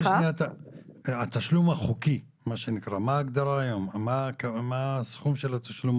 התשלום החוקי, מה שנקרא, מה הסכום שלו?